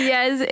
Yes